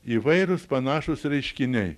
įvairūs panašūs reiškiniai